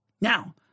Now